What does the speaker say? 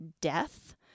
death